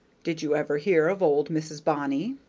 did you ever hear of old mrs. bonny?